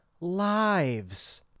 lives